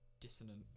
dissonant